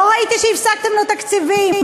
לא ראיתי שהפסקתם לו תקציבים,